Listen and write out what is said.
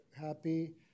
happy